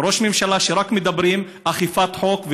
ראש ממשלה שרק מדבר אכיפת חוק,